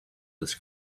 this